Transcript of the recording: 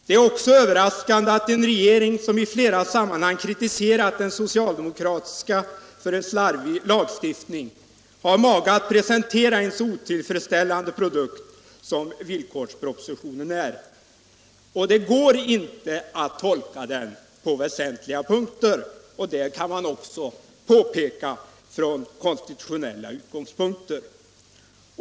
Det är också överraskande att en regering som i flera sammanhang kritiserat den socialdemokratiska för slarvig lagstiftning har mage att presentera en så otillfredsställande produkt som villkorspropositionen är. Det går inte att tolka den på väsentliga punkter, och det kan man också påpeka från konstitutionella utgångspunkter.